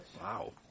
Wow